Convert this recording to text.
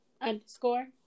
underscore